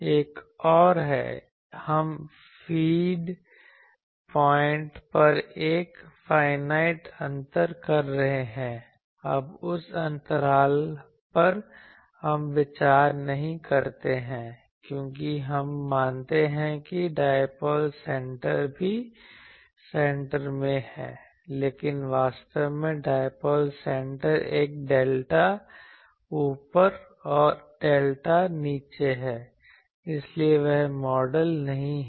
एक और है हम फीड पॉइंट पर एक फाईनाइट अंतर कर रहे हैं अब उस अंतराल पर हम विचार नहीं करते हैं क्योंकि हम मानते हैं कि डायपोल सेंटर भी सेंटर में है लेकिन वास्तव में डायपोल सेंटर एक डेल्टा ऊपर और डेल्टा नीचे है इसलिए वह मॉडल नहीं है